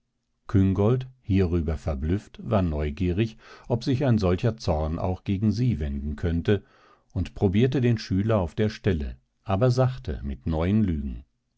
küngolt hierüber verblüfft war neugierig ob sich ein solcher zorn auch gegen sie wenden könnte und probierte den schüler auf der stelle aber sachte mit neuen lügen